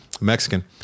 Mexican